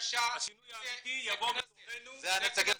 השינוי האמיתי יבוא מתוכנו --- בבקשה, זו הכנסת.